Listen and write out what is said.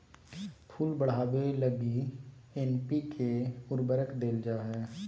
फूल बढ़ावे लगी एन.पी.के उर्वरक देल जा हइ